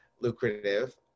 lucrative